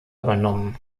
übernommen